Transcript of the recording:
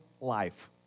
life